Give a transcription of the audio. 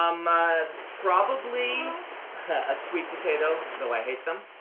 um ah probably a sweet potato, though i hate them,